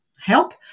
help